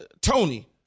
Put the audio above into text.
Tony